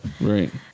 Right